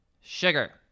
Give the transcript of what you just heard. Sugar